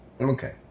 Okay